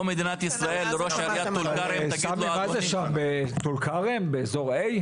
מדינת ישראל תבוא לראש אגף טול כרם תגיד לו אדוני --- סמי,